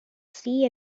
see